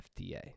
FDA